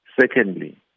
Secondly